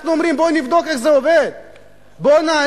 אנחנו אומרים: בואו נבדוק איך זה עובד,